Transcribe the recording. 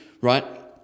right